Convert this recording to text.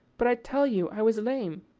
but i tell you i was lame.